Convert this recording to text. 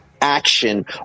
action